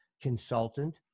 consultant